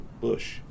Bush